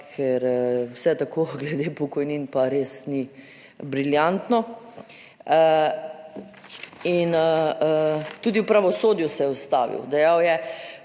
ker vse tako glede pokojnin pa res ni briljantno. In tudi v pravosodju se je ustavil, dejal je,